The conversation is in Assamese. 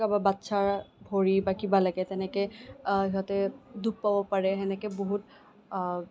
কাবাৰ বাচ্চাৰ ভৰি বা কিবা লাগে তেনেকে সিহঁতে দুখ পাব পাৰে সেনেকে বহুত